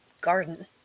garden